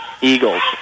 Eagles